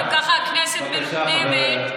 גם ככה הכנסת מנומנמת.